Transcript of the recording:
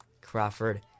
Crawford